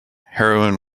heroin